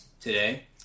today